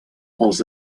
els